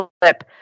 clip